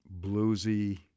bluesy